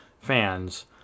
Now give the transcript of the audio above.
fans